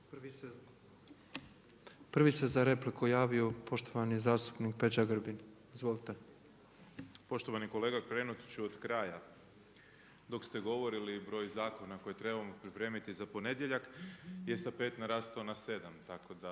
Prvi se za repliku javio poštovani zastupnik Peđa Grbin. Izvolite. **Grbin, Peđa (SDP)** Poštovani kolega krenuti ću od kraja. Dok ste govorili broj zakona koje trebamo pripremiti za ponedjeljak je sa 5 porastao na 7, tako da